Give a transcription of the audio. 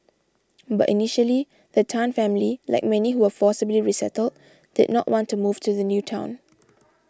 but initially the Tan family like many who were forcibly resettled did not want to move to the new town